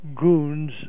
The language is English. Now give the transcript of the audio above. goons